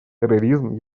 терроризм